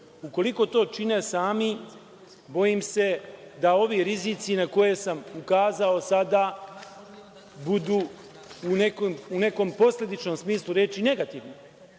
U koliko to čine sami, bojim se da ovi rizici, na koje sam ukazao sada, budu u nekom posledičnom smislu reči negativni. Na